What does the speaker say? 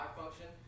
function